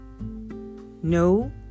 No